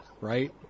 right